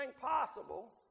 possible